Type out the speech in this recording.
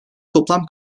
toplam